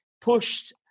pushed